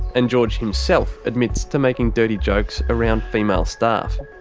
and george himself admits to making dirty jokes around female staff.